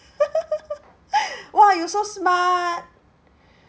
!wah! you so smart